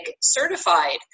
certified